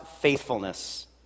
faithfulness